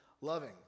loving